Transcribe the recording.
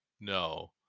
No